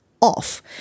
off